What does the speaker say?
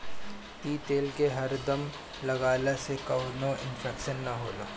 इ तेल के हरदम लगवला से कवनो इन्फेक्शन ना होला